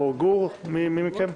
או גור, הייעוץ